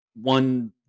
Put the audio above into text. one